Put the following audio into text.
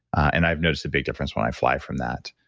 and i've noticed a big difference when i fly, from that.